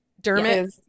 Dermot